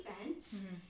events